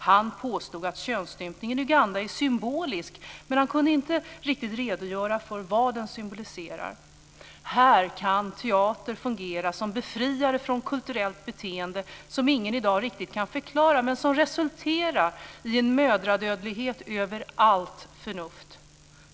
Han påstod att könsstympningen i Uganda är symbolisk, men han kunde inte riktigt redogöra för vad den symboliserar. Här kan teater fungera som en befriare från ett kulturellt beteende som ingen i dag riktigt kan förklara, men som resulterar i en mödradödlighet över allt förnuft.